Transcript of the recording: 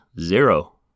zero